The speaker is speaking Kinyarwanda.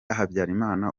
habyarimana